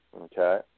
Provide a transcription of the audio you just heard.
Okay